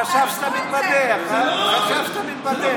הוא חשב שאתה מתבדח, הוא חשב שאתה מתבדח.